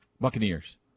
Buccaneers